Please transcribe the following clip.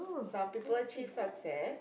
some people chase success